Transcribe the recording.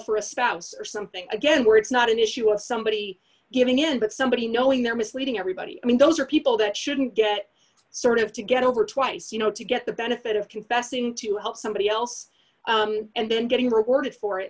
for a spouse or something again where it's not an issue of somebody giving in but somebody knowing they're misleading everybody i mean those are people that shouldn't get sort of to get over twice you know to get the benefit of confessing to help somebody else and then getting rewarded for it